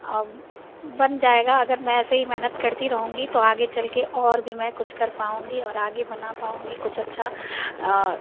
बन जाएगा अगर में ऐसी ही मेहनत करती रहूँगी तो आगे चल कर और भी मैं कुछ कर पाऊंगी और आगे बना पाऊंगी कुछ अच्छा